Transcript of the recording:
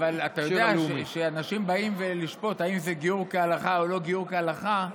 אבל אתה יודע כשאנשים באים לשפוט אם זה גיור כהלכה או לא גיור כהלכה,